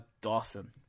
Dawson